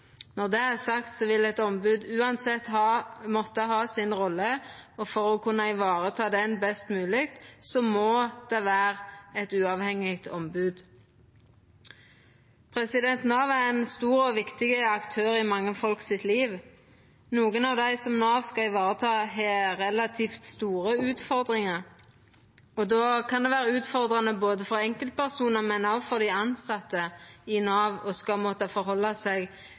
Når det er sagt, vil eit ombod uansett måtta ha si rolle, og for å kunna vareta ho best mogeleg, må det vera eit uavhengig ombod. Nav er ein stor og viktig aktør i mange folk sitt liv. Nokre av dei som Nav skal vareta, har relativt store utfordringar, og då kan det vera utfordrande for både enkeltpersonar og dei tilsette i Nav å skulla halda seg til eit svært rigid og